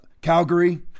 Calgary